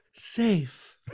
safe